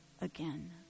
again